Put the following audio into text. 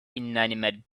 inanimate